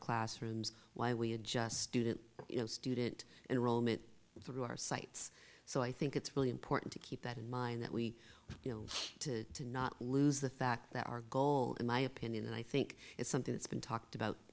classrooms why we adjust student you know student enrollment through our sites so i think it's really important to keep that in mind that we are to to not lose the fact that our goal in my opinion and i think it's something that's been talked about